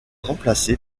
remplacé